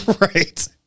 right